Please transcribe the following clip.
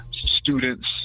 students